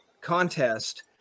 contest